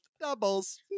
doubles